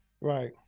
right